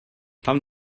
tam